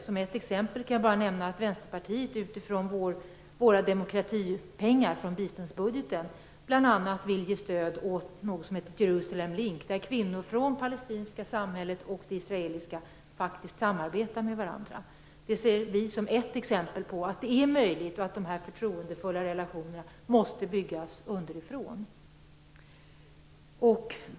Jag kan nämna att vi i Vänsterpartiet med demokratipengarna i biståndsbudgeten bl.a. vill ge stöd till något som heter Jerusalem Link, där kvinnor från det palestinska samhället och det israeliska samhället faktiskt samarbetar med varandra. Detta ser vi som ett exempel på en möjlighet och att de förtroendefulla relationerna måste byggas underifrån.